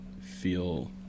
feel